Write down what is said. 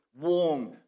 warm